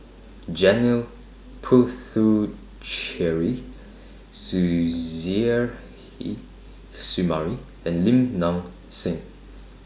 Janil Puthucheary Suzairhe Sumari and Lim Nang Seng